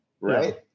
right